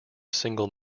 single